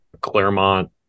Claremont